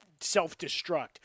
self-destruct